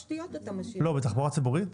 לא, בתחבורה ציבורית?